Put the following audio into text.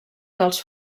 dels